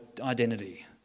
identity